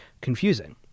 confusing